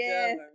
Yes